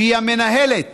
שהיא המנהלת